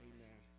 Amen